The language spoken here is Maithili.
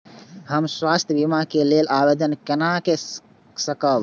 हम स्वास्थ्य बीमा के लेल आवेदन केना कै सकब?